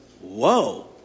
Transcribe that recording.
whoa